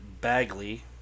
Bagley